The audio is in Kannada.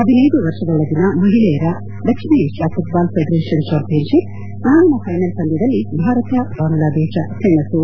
ಹದಿನೈದು ವರ್ಷದೊಳಗಿನ ಮಹಿಳೆಯರ ದಕ್ಷಿಣ ಏಷ್ಯಾ ಘುಟ್ಪಾಲ್ ಫೆಡರೇಷನ್ ಚಾಂಪಿಯನ್ಷಪ್ ನಾಳಿನ ಫೈನಲ್ ಪಂದ್ಲದಲ್ಲಿ ಭಾರತ ಬಾಂಗ್ಲಾದೇಶ ಸೆಣಸು